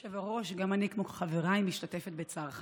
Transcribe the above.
כבוד היושב-ראש, גם אני כמו חבריי משתתפת בצערך.